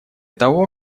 того